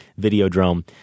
Videodrome